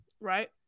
right